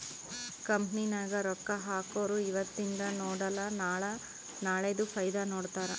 company ನಾಗ್ ರೊಕ್ಕಾ ಹಾಕೊರು ಇವತಿಂದ್ ನೋಡಲ ನಾಳೆದು ಫೈದಾ ನೋಡ್ತಾರ್